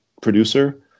producer